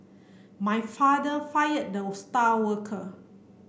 my father fired the star worker